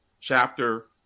chapter